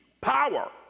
power